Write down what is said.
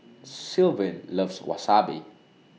Sylvan loves Wasabi